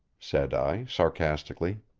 said i sarcastically.